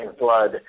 blood